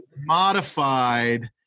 modified